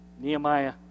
Nehemiah